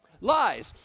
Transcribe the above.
lies